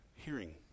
hearing